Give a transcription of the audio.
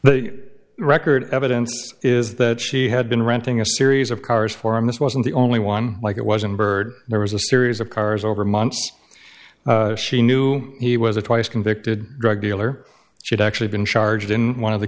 the record evidence is that she had been renting a series of cars for him this wasn't the only one like it wasn't bird there was a series of cars over months she knew he was a twice convicted drug dealer she'd actually been charged in one of the